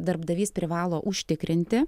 darbdavys privalo užtikrinti